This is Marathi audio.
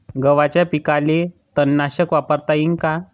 गव्हाच्या पिकाले तननाशक वापरता येईन का?